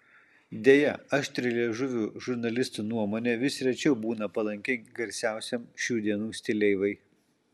deja aštrialiežuvių žurnalistų nuomonė vis rečiau būna palanki garsiausiam šių dienų stileivai